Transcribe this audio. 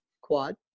quad